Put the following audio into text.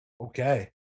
okay